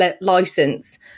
license